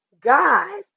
God